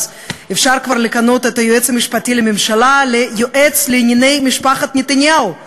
אפשר לכנות את היועץ המשפטי לממשלה "היועץ לענייני משפחת נתניהו";